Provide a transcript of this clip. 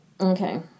Okay